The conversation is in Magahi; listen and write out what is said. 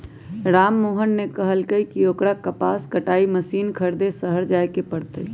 राममोहन ने कहल कई की ओकरा कपास कटाई मशीन खरीदे शहर जाय पड़ तय